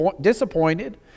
disappointed